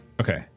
Okay